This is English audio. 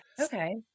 Okay